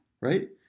right